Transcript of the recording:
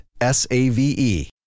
S-A-V-E